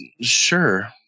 Sure